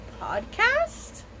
podcast